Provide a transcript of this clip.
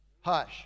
Hush